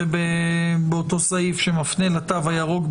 ובאותו סעיף שמפנה לתו הירוק,